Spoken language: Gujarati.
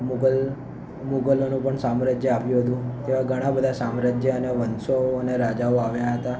મુગલ મુઘલોનું પણ સામ્રાજ્ય આવ્યું હતું તો એવા ઘણાં સામ્રાજ્ય અને વંશો અને રાજાઓ આવ્યા હતા